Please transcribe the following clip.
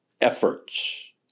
efforts